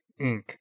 Inc